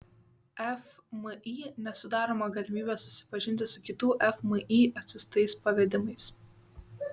fmį nesudaroma galimybė susipažinti su kitų fmį atsiųstais pavedimais